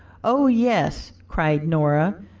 oh, yes, cried nora,